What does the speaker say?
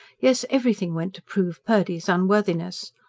yes, everything went to prove purdy's unworthiness.